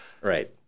Right